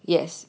yes